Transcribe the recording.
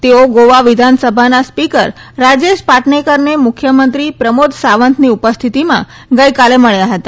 તેઓ ગોવા વિધાનસભાના સાીકર રાજેશ ાટનેકરને મુખ્યમંત્રી પ્રમોદ સાવંતની ઉઃ સ્થિતિમાં ગઈકાલે મળ્યા હતા